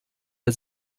der